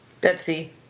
Betsy